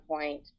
point